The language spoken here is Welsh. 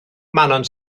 manon